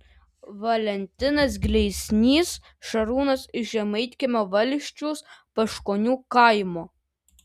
valentinas gleiznys šarūnas iš žemaitkiemio valsčiaus paškonių kaimo